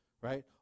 right